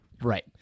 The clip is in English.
Right